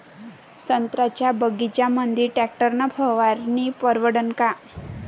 संत्र्याच्या बगीच्यामंदी टॅक्टर न फवारनी परवडन का?